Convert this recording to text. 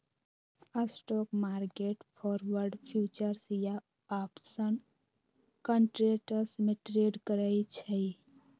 stock market forward, futures या option contracts में trade करई छई